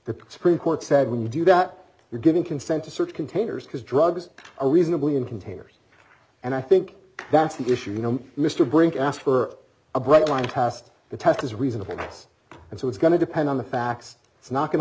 the supreme court said when you do that you're giving consent to search containers because drugs are reasonably in containers and i think that's the issue you know mr brink asked for a bright line passed the test is reasonable and so it's going to depend on the facts it's not going to